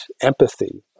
empathy